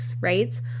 right